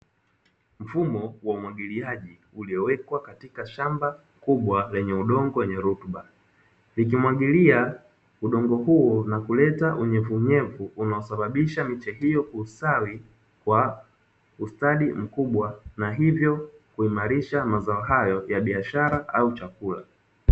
Mfumo wa umwagiliaji uliowekwa katika shamba kubwa lenye udongo wenye rutuba, likimwagilia udongo huo na kuleta unyevunyevu, unaosababisha miche hiyo kustawi kwa ustadi mkubwa, na hivyo kuimarisha mazao hayo ya biashara ama chakula.